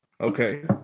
Okay